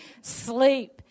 sleep